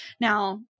Now